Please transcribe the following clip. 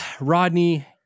Rodney